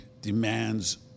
demands